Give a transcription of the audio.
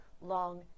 long